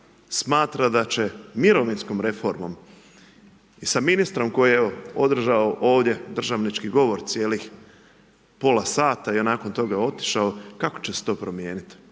smatra da će mirovinskom reformom i sa ministrom koji je evo, održao ovdje državnički govor cijelih pola sata i nakon toga otišao, kako će se to promijeniti?